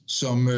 som